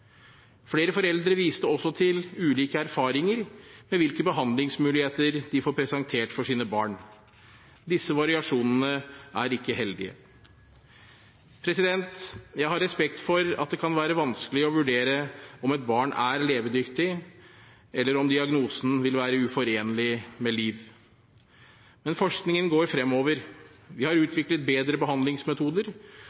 Flere foreldre viste også til ulike erfaringer med hvilke behandlingsmuligheter de får presentert for sine barn. Disse variasjonene er ikke heldige. Jeg har respekt for at det kan være vanskelig å vurdere om et barn er levedyktig, eller om diagnosen vil være uforenlig med liv. Men forskningen går fremover. Vi har